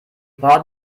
braut